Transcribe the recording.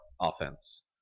offense